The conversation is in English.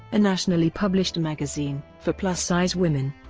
a nationally published magazine for plus-size women.